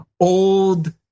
old